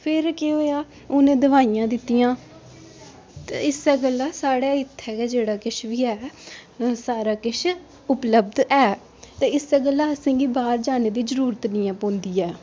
फिर केह् होएआ उनें दवाइयां दित्तियां ते इस्सै गल्ला साढ़ै इत्थें गै जेह्ड़ा किश बी ऐ सारा किश उपलब्ध ऐ ते इस्सै गल्ला असेंगी बाह्र जाने दी जरूरत नी ऐ पौंदी ऐ